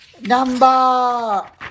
number